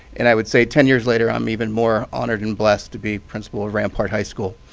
and i would say ten years later, i'm even more honored and blessed to be principal of rampart high school.